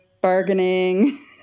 bargaining